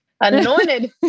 anointed